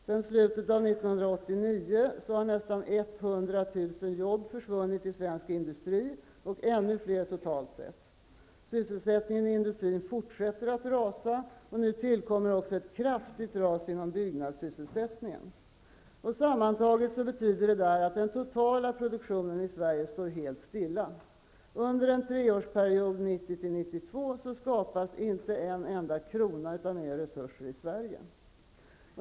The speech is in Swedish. Sedan slutet av 1989 har nästan 100 000 jobb försvunnit i svensk industri och ännu fler totalt sett. Sysselsättningen inom industrin fortsätter att rasa, och nu tillkommer också ett kraftigt ras inom byggnadssysselsättningen. Sammantaget betyder detta att den totala produktionen i Sverige står helt stilla. Under en treårsperiod, 1990--1992, skapas inte en enda krona mer resurser i Sverige.